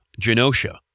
Genosha